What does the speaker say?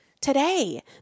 Today